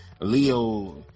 Leo